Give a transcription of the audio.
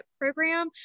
program